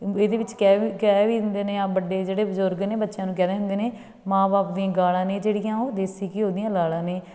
ਇਹਦੇ ਵਿੱਚ ਕਹਿ ਕਹਿ ਵੀ ਦਿੰਦੇ ਨੇ ਆ ਵੱਡੇ ਜਿਹੜੇ ਬਜ਼ੁਰਗ ਨੇ ਬੱਚਿਆਂ ਨੂੰ ਕਹਿੰਦੇ ਹੁੰਦੇ ਨੇ ਮਾਂ ਬਾਪ ਦੀਆਂ ਗਾਲਾਂ ਨੇ ਜਿਹੜੀਆਂ ਉਹ ਦੇਸੀ ਘਿਓ ਦੀਆਂ ਲਾਲ਼ਾਂ ਨੇ